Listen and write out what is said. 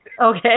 Okay